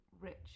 rich